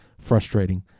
frustrating